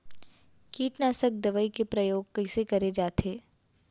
कीटनाशक दवई के प्रयोग कइसे करे जाथे?